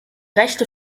rechte